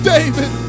David